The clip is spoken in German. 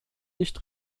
nicht